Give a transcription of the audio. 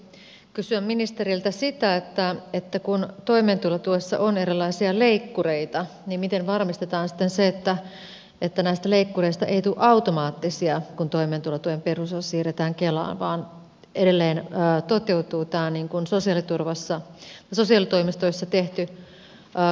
itse haluaisin kysyä ministeriltä sitä että kun toimeentulotuessa on erilaisia leikkureita niin miten varmistetaan sitten se että näistä leikkureista ei tule automaattisia kun toimeentulotuen perusosa siirretään kelaan vaan edelleen toteutuu tämä sosiaalitoimistoissa tehty kokonaisharkinta